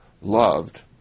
loved